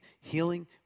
healing